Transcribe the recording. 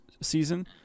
season